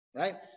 right